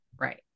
Right